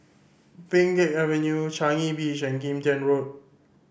Pheng Geck Avenue Changi Beach and Kim Tian Road